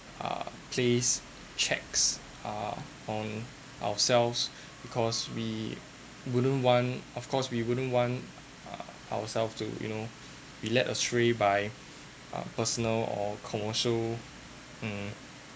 uh place checks uh on ourselves because we wouldn't want of course we wouldn't want ourselves to you know be led astray by uh personal or commercial hmm